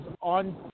on